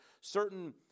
certain